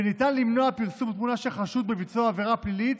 וניתן למנוע פרסום תמונה של חשוד בביצוע עבירה פלילית